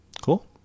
Cool